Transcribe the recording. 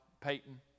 Peyton